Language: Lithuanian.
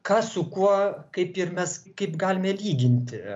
ką su kuo kaip ir mes kaip galime lyginti